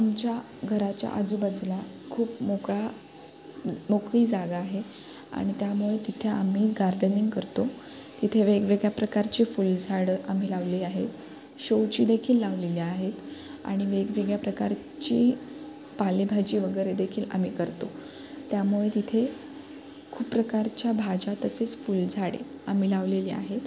आमच्या घराच्या आजूबाजूला खूप मोकळा मोकळी जागा आहे आणि त्यामुळे तिथे आम्ही गार्डनिंग करतो तिथे वेगवेगळ्या प्रकारची फुलझाडं आम्ही लावली आहेत शोचीदेखील लावलेली आहेत आणि वेगवेगळ्या प्रकारची पालेभाजी वगैरे देखील आम्ही करतो त्यामुळे तिथे खूप प्रकारच्या भाज्या तसेच फुलझाडे आम्ही लावलेले आहेत